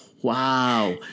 wow